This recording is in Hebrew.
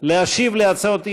להשיב על הצעות האי-אמון,